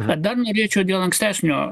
bet dar norėčiau dėl ankstesnio